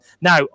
Now